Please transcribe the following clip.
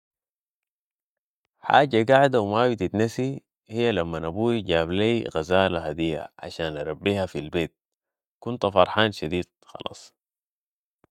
حاجة قاعدة و ما بتتنسي هي لمن ابوي جاب لي غزالة هدية عشان اربيها في البيت كنت فرحان شديد خلاص